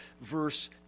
verse